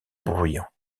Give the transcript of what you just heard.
bruyants